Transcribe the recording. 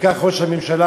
וכך ראש הממשלה,